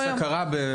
אגב,